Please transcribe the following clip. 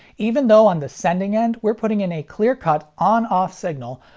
even though on the sending end we're putting in a clear-cut, on-off signal,